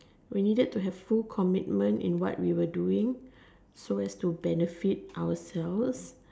we needed to have full commitment in what we were doing so as to benefit ourselves